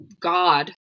God